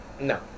No